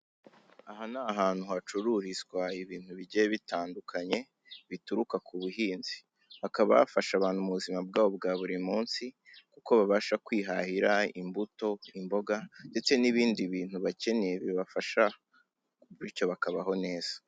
Aha ni ahantu hacururizwa ibintu bigiye bitandukanye bituruka kubuhinzi, hakaba hafasha abantu mu buzima bwabo bwa burimunsi kuko babasha kwihahira imbuto, imboga ndetse n'ibindi bintu bakeneye bibafasha bityo bakabaho neza.